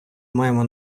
маємо